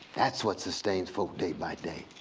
that's what sustains folk day by day.